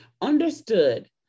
understood